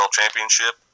championship